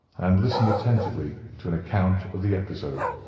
and listened attentively to an account of the episode.